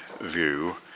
view